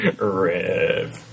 rip